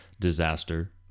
Disaster